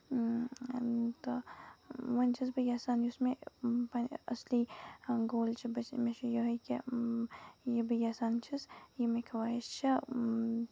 تہٕ وۄنۍ چھَس بہٕ یَژھان یُس مےٚ اَصلی گول چھُ بہٕ مےٚ چھُ یِہٕے کہِ یہِ بہٕ یَژھان چھَس یہِ مےٚ خٲیِش چھا